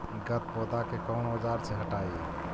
गत्पोदा के कौन औजार से हटायी?